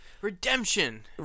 Redemption